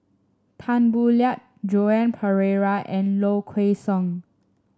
Tan Boo Liat Joan Pereira and Low Kway Song